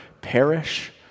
perish